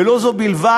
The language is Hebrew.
ולא זו בלבד,